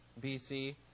BC